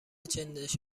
چندش